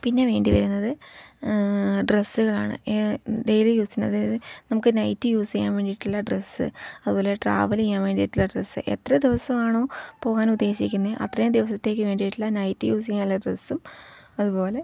പിന്നെ വേണ്ടി വരുന്നത് ഡ്രസ്സുകളാണ് ഡെയിലി യൂസിന് അതായത് നമുക്ക് നൈറ്റ് യൂസ് ചെയ്യാൻ വേണ്ടിയിട്ടുള്ള ഡ്രസ്സ് അതുപോലെ ട്രാവല് ചെയ്യാൻ വേണ്ടിയിട്ടുള്ള ഡ്രസ്സ് എത്ര ദിവസമാണോ പോകാൻ ഉദ്ദേശിക്കുന്നത് അത്രയും ദിവസത്തേക്ക് വേണ്ടിയിട്ടുള്ള നൈറ്റ് യൂസ് ചെയ്യാനുള്ള ഡ്രസ്സും അതുപോലെ